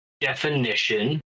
definition